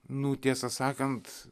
nu tiesą sakant